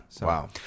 Wow